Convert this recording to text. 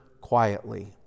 quietly